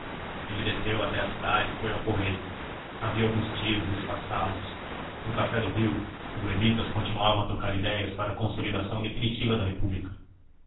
ele desceu até à cidade e foi ao correio havia alguns tiros espaçados no café do rio os levitas continuavam a trocar idéias para a consolidação definitiva da república